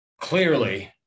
Clearly